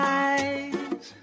eyes